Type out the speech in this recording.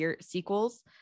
sequels